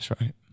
right